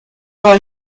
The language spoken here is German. paar